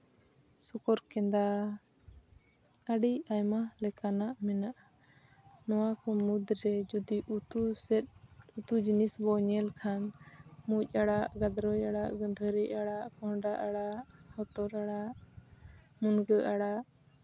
ᱥᱩᱠᱩᱨ ᱠᱮᱸᱫᱟ ᱟᱹᱰᱤ ᱟᱭᱢᱟ ᱞᱮᱠᱟᱱᱟᱜ ᱢᱮᱱᱟᱜᱼᱟ ᱱᱚᱣᱟ ᱠᱚ ᱢᱩᱫᱽ ᱨᱮ ᱡᱩᱫᱤ ᱩᱛᱩ ᱥᱮᱫ ᱩᱛᱩ ᱡᱤᱱᱤᱥ ᱵᱚᱱ ᱧᱮᱞ ᱠᱷᱟᱱ ᱢᱩᱡ ᱟᱲᱟᱜ ᱜᱟᱫᱨᱳᱭ ᱟᱲᱟᱜ ᱜᱟᱹᱫᱷᱟᱹᱨᱤ ᱟᱲᱟᱜ ᱠᱚᱦᱰᱟ ᱟᱲᱟᱜ ᱦᱚᱛᱚᱫ ᱟᱲᱟᱜ ᱢᱩᱱᱜᱟᱹ ᱟᱲᱟᱜ